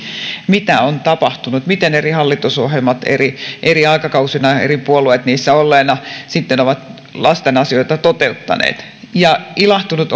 mitä on tapahtunut miten eri hallitusohjelmat eri eri aikakausina ja eri puolueet niissä olleina ovat lasten asioita toteuttaneet ilahtunut